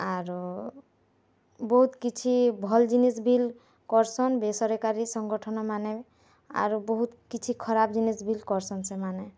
ଆରୁ ବହୁତ୍ କିଛି ଭଲ୍ ଜିନିଷ୍ ବିଲ୍ କର୍ସନ୍ ବେସରକାରୀ ସଂଗଠନମାନେ ଆରୁ ବହୁତ୍ କିିଛି ଖରାପ୍ ଜିନିଷ୍ ବିଲ୍ କରସନ୍ ସେମାନେ